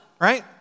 right